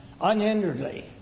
unhinderedly